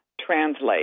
translate